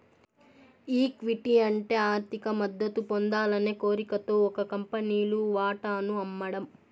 equity అంటే ఆర్థిక మద్దతు పొందాలనే కోరికతో ఒక కంపెనీలు వాటాను అమ్మడం